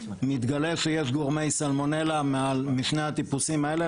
מתגלה שיש גורמי סלמונלה משני הטיפוסים האלה,